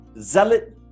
zealot